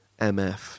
MF